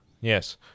yes